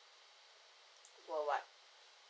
worldwide